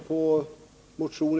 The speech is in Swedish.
Herr talman!